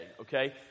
okay